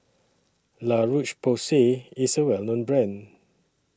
La Roche Porsay IS A Well known Brand